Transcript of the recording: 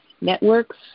networks